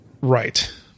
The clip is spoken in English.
Right